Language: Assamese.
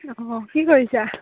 অঁ কি কৰিছা